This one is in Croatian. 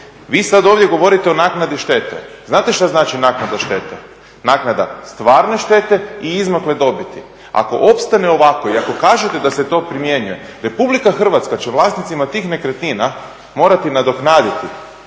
Vi sad ovdje govorite o naknadi štete. Znate što znači naknada štete? Naknada stvarne štete i izmakle dobiti. Ako opstane ovako i ako kažete da se to primjenjuje, RH će vlasnicima tih nekretnina morati nadoknaditi